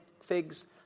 figs